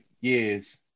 years